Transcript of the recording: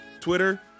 Twitter